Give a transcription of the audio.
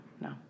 no